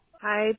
Hi